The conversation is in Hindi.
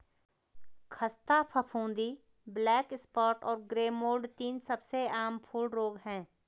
ख़स्ता फफूंदी, ब्लैक स्पॉट और ग्रे मोल्ड तीन सबसे आम फूल रोग हैं